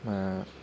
मा